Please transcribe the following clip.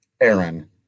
Aaron